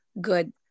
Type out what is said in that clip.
good